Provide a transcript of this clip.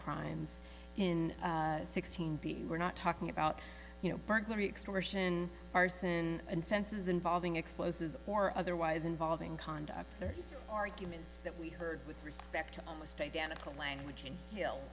crimes in sixteen b we're not talking about you know burglary extortion arson and fences involving explosives or otherwise involving conduct or arguments that we heard with respect to almost identical language hill